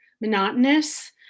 monotonous